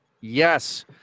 Yes